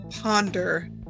ponder